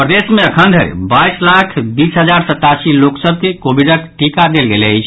प्रदेश मे अखन धरि बाईस लाख बीस हजार सतासी लोक सभ के कोविडक टीका देल गेल अछि